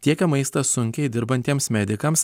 tiekia maistą sunkiai dirbantiems medikams